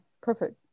perfect